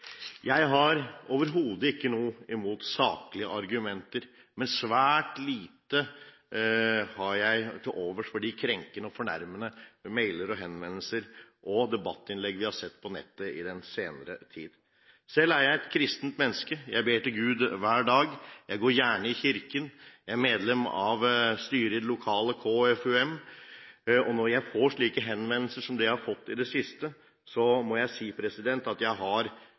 Jeg har overhodet ikke noe imot saklige argumenter, men svært lite har jeg til overs for de krenkende og fornærmende mailer og henvendelser og debattinnlegg vi har sett på nettet i den senere tid. Selv er jeg et kristent menneske, jeg ber til Gud hver dag, jeg går gjerne i kirken, og jeg er medlem av styret i det lokale KFUM. Når jeg får slike henvendelser som dem jeg har fått i det siste, må jeg si at jeg